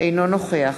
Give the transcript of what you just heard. אינו נוכח